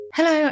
Hello